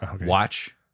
Watch